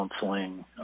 counseling